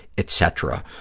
etc,